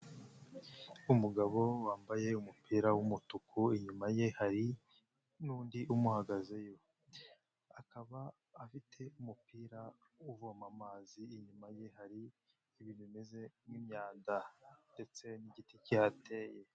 Umugabo wambaye umupira w'umutuku, inyuma ye hari n'undi umuhagazeyo, akaba afite umupira uvoma amazi, inyuma ye hari ibi bimeze nk'imyanda ndetse n'igiti cyihateye.